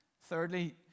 thirdly